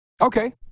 Okay